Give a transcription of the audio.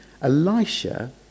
Elisha